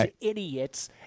idiots